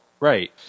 Right